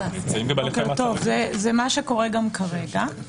זה מה שקורה גם כרגע.